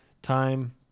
Time